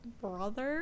brother